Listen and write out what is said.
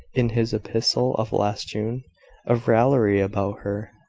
in his epistle of last june of raillery about her,